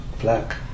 Black